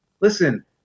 Listen